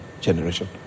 generation